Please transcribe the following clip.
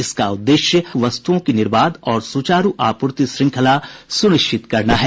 इसका उद्देश्य आवश्यक वस्तुओं की निर्बाध और सुचारू आपूर्ति श्रृंखला सुनिश्चित करना है